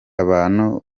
abantu